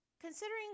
Considering